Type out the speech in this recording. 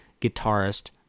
guitarist